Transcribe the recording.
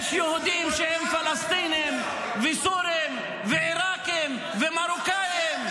יש יהודים שהם פלסטינים וסורים ועיראקים ומרוקאים.